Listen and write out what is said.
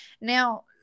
Now